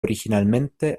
originalmente